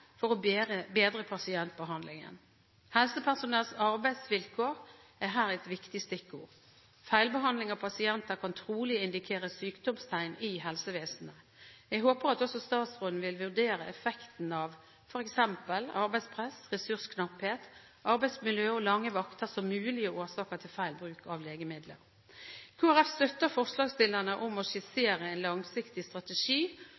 for å bedre pasientbehandlingen. Helsepersonells arbeidsvilkår er her et viktig stikkord. Feilbehandling av pasienter kan trolig indikere sykdomstegn i helsevesenet. Jeg håper at også statsråden vil vurdere effekten av f.eks. arbeidspress, ressursknapphet, arbeidsmiljø og lange vakter som mulige årsaker til feil bruk av legemidler. Kristelig Folkeparti støtter forslagsstillerne i å skissere en langsiktig strategi